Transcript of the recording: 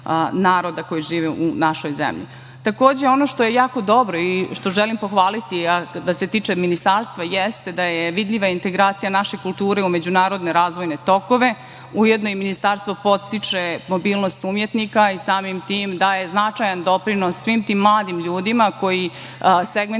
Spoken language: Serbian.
naroda koji živi u našoj zemlji. Takođe, ono što je jako dobro i što želim pohvaliti, a tiče se Ministarstva, jeste da je vidljiva integracija naše kulture u međunarodne razvojne tokove. Ujedno, Ministarstvo podstiče mobilnost umetnika i samim tim, daje značajan doprinos svim tim mladim ljudima koji segmente